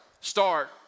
start